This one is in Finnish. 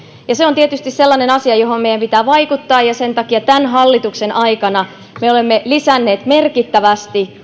se on tietysti sellainen asia johon meidän pitää vaikuttaa ja sen takia tämän hallituksen aikana me olemme lisänneet merkittävästi